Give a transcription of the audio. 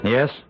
Yes